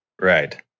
Right